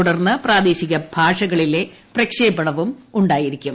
തുടർന്ന് പ്രാദേശിക ഭാഷകളിലെ പ്രക്ഷേപണവും നടക്കും